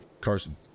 Carson